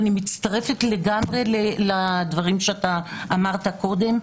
ואני מצטרפת לגמרי לדברים שאתה אמרת קודם.